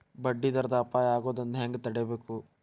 ಬಡ್ಡಿ ದರದ್ ಅಪಾಯಾ ಆಗೊದನ್ನ ಹೆಂಗ್ ತಡೇಬಕು?